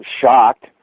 shocked